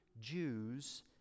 Jews